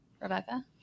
Rebecca